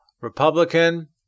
Republican